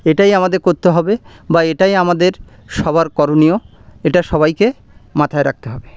এটাই আমাদের করতে হবে বা এটাই আমাদের সবার করণীয় এটা সবাইকে মাথায় রাখতে হবে